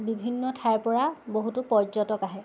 বিভিন্ন ঠাইৰ পৰা বহুতো পৰ্যটক আহে